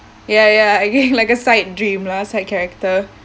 ya ya again like a side dream lah side character